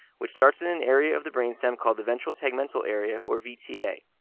which starts in an area of the brainstem called the ventral tegmental area, or vta.